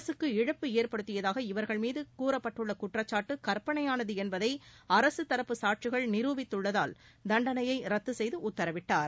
அரசுக்கு இழப்பு ஏற்படுத்தியதாக இவர்கள் மீது கூறப்பட்டுள்ள குற்றச்சாட்டு கற்பனையானது என்பதை அரசுத் தரப்பு சாட்சிகள் நிரூபித்துள்ளதால் தண்டனையை ரத்து செய்து உத்தரவிட்டார்